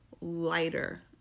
lighter